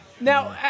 Now